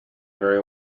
very